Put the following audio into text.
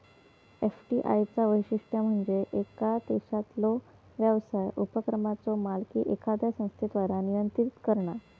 FDI चा वैशिष्ट्य म्हणजे येका देशातलो व्यवसाय उपक्रमाचो मालकी एखाद्या संस्थेद्वारा नियंत्रित करणा